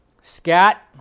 Scat